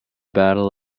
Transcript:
battle